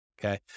Okay